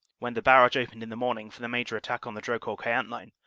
when the barrage opened in the morning for the major attack on the drocourt-queant line,